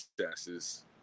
successes